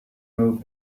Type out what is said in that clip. move